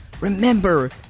Remember